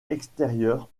extérieur